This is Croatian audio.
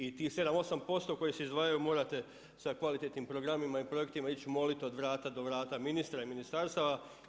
I tih 7, 8% koji se izdvajaju morate sa kvalitetnim programima i projektima ići moliti od vrata do vrata ministra i ministarstava.